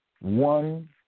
one